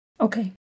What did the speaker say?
Okay